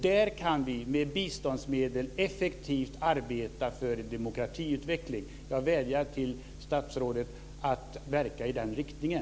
Där kan vi med biståndsmedel effektivt arbeta för demokratiutveckling. Jag vädjar till statsrådet att verka i den riktningen.